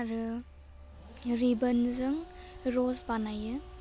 आरो रिबोनजों रस बानायो